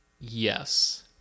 Yes